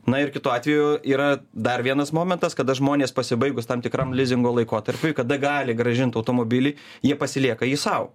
na ir kitu atveju yra dar vienas momentas kada žmonės pasibaigus tam tikram lizingo laikotarpiui kada gali grąžint automobilį jie pasilieka jį sau